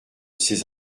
ces